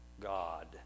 God